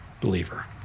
believer